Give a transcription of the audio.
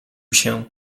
się